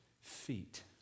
feet